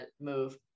move